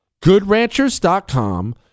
GoodRanchers.com